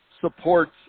supports